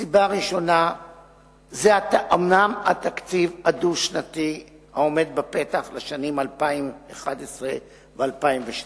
הסיבה הראשונה היא התקציב הדו-שנתי העומד בפתח לשנים 2011 ו-2012,